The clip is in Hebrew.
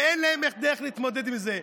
ואין להם דרך להתמודד עם זה.